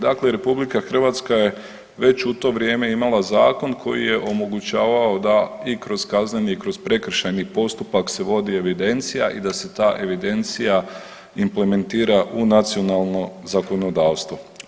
Dakle, RH je već u to vrijeme imala zakon koji je omogućavao da i kroz kazneni i kroz prekršajni postupak se vodi evidencija i da se ta evidencija implementira u nacionalno zakonodavstvo.